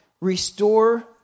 restore